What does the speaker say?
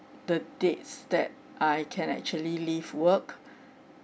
the dates that I can actually leave work